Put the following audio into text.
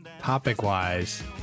Topic-wise